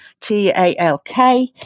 T-A-L-K